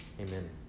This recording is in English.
Amen